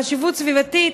חשיבות סביבתית.